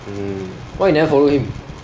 mm why you never follow him